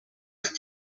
books